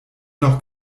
noch